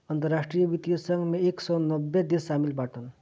अंतरराष्ट्रीय वित्तीय संघ मे एक सौ नब्बे देस शामिल बाटन